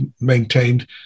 maintained